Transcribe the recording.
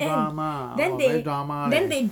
drama !wah! very drama leh